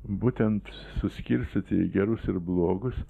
būtent suskirstyti į gerus ir blogus